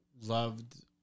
loved